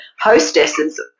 hostesses